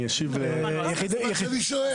זה מה שאני שואל.